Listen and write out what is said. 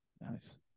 Nice